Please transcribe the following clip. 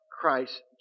Christ